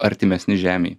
artimesni žemei